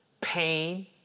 pain